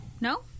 No